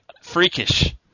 freakish